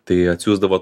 tai atsiųsdavo